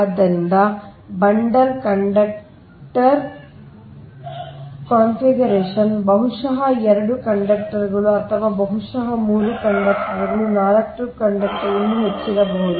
ಆದ್ದರಿಂದ bundle conductor configuration ಬಹುಶಃ 2 ಕಂಡಕ್ಟರ್ಗಳು ಅಥವಾ ಬಹುಶಃ 3 ಕಂಡಕ್ಟರ್ಗಳು 4 ಕಂಡಕ್ಟರ್ಗಳು ಇನ್ನೂ ಹೆಚ್ಚಿರಬಹುದು